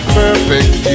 perfect